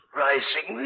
rising